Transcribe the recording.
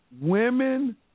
women